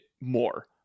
more